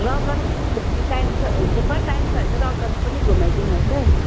rock garden पनि घुम्ने time छ के पो टाइम पायो भने त रक गार्डन पनि घुमाइदिनु होस् है